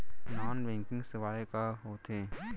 non banking सेवाएं का होथे